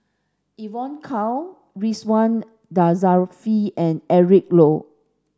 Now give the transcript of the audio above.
Evon Kow Ridzwan Dzafir and Eric Low